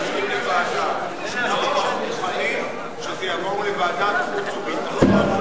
אנחנו מוכנים שזה יעבור לוועדת חוץ וביטחון.